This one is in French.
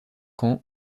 ans